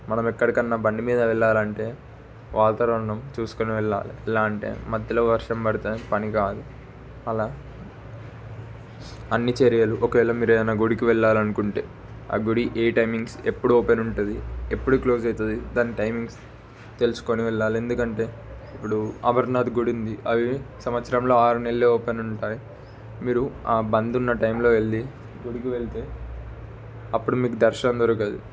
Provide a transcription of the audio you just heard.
మనం ఎక్కడికన్న బండిమీద వెళ్ళాలంటే వాతావరణం చూసుకొని వెళ్ళాలి ఎలా అంటే మధ్యలో వర్షం పడితే పని కాదు అలా అన్ని చర్యలు ఒకవేళ మీరు ఏదన్న గుడికి వెళ్ళాలనుకుంటే ఆ గుడి ఏ టైమింగ్స్ ఎప్పుడు ఓపెన్ ఉంటుంది ఎప్పుడు క్లోజ్ అవుతుంది దాని టైమింగ్స్ తెలుసుకొని వెళ్ళాలి ఎందుకంటే ఇప్పుడు అమర్నాథ్ గుడి ఉంది అవి సంవత్సరంలో ఆరు నెలలే ఓపెన్ ఉంటాయి మీరు ఆ బంద్ ఉన్న టైంలో వెళ్ళి గుడికి వెళ్తే అప్పుడు మీకు దర్శనం దొరకదు